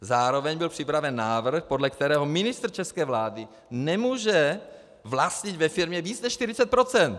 Zároveň byl připraven návrh, podle kterého ministr české vlády nemůže vlastnit ve firmě více než 40 %.